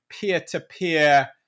peer-to-peer